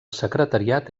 secretariat